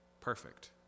perfect